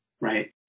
right